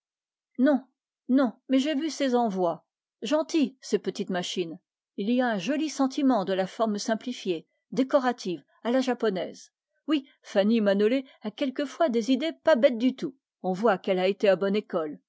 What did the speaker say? manolé non mais j'ai vu ses envois très gentilles ces petites machines il y a un joli sentiment de la forme décorative à la japonaise fanny manolé a quelquefois des idées pas bêtes du tout on voit qu'elle a été à l'école